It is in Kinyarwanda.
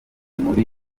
muri